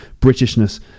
Britishness